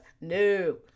No